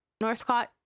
Northcott